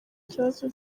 kibazo